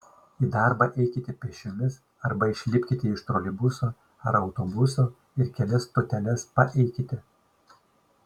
į darbą eikite pėsčiomis arba išlipkite iš troleibuso ar autobuso ir kelias stoteles paeikite